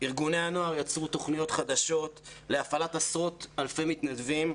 ארגוני הנוער יצרו תוכניות חדשות להפעלת עשרות אלפי מתנדבים,